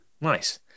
Nice